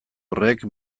horrek